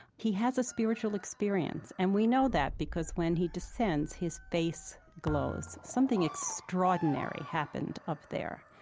he has a spiritual experience, and we know that because, when he descends, his face glows. something extraordinary happened up there.